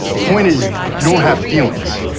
point is you don't have feelings.